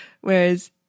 Whereas